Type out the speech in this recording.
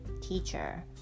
teacher